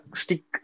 stick